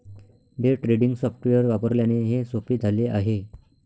day trading software वापरल्याने हे सोपे झाले आहे